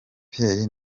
pierre